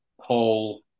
paul